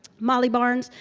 molly barnes,